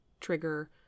trigger